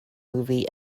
movie